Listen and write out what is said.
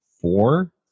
four